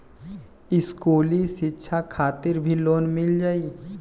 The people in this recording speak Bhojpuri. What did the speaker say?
इस्कुली शिक्षा खातिर भी लोन मिल जाई?